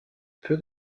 peu